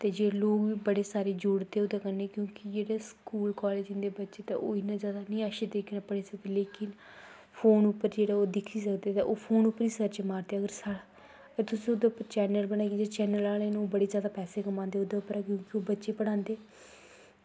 ते जे लोक बड़े सारे जुड़दे ओह्दे कन्नै क्योंकि जेह्ड़े स्कूल कालेज़ जंदे बच्चे ते इन्ना जादा निं अच्छे तरीके कन्नै पढ़ी सकदे लेकिन फोन उप्पर जेह्ड़ा ओह् दिक्खी सकदे ते ओह् फोन उप्पर ई सर्च मारदे अगर तुसें ओह्दे उप्पर चैनल बनाया ते चैनल आह्लें न ओह् बड़े जादा पैसे कमांदे ते ओह्दे उप्परा क्योंकि ओह् बच्चे पढ़ांदे